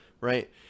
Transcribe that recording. right